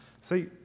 See